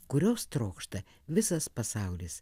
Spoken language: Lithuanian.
kurios trokšta visas pasaulis